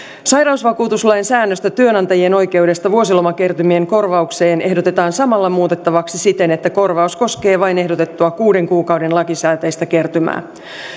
sairausvakuutuslain säännöstä työnantajien oikeudesta vuosilomakertymien korvaukseen ehdotetaan samalla muutettavaksi siten että korvaus koskee vain ehdotettua kuuden kuukauden lakisääteistä kertymää